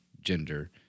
gender